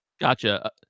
Gotcha